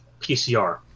PCR